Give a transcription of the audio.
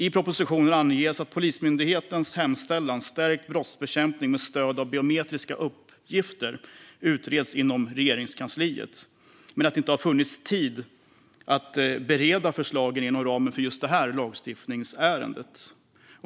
I propositionen anges att Polismyndighetens hemställan om stärkt brottsbekämpning med stöd av biometriska uppgifter bereds inom Regeringskansliet men att det inte har funnits tid att bereda förslagen inom ramen för just det här lagstiftningsärendet.